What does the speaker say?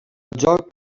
joc